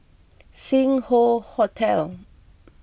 Sing Hoe Hotel